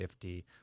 50